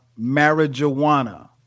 marijuana